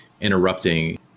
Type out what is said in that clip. interrupting